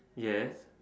yes